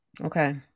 Okay